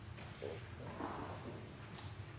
så